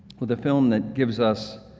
with the film that gives us,